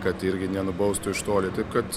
kad irgi nenubaustų iš toli taip kad